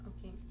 Okay